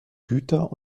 güter